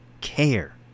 care